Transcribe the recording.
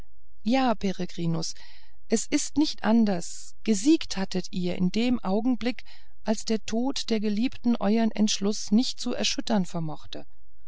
ja peregrinus es ist nicht anders gesiegt hattet ihr in dem augenblick als selbst der tod der geliebten euern entschluß nicht zu erschüttern vermochte